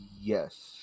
Yes